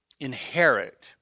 Inherit